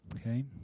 Okay